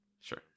Sure